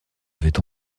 avait